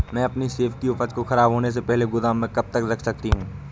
मैं अपनी सेब की उपज को ख़राब होने से पहले गोदाम में कब तक रख सकती हूँ?